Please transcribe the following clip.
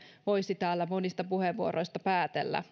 voisi täällä monista puheenvuoroista päätellä